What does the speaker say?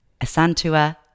Asantua